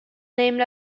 named